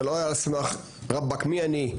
זה לא היה על סמך "ראבק מי אני",